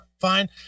fine